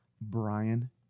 Brian